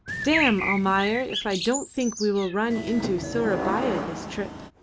damme, almayer, if i don't think we will run into sourabaya this trip.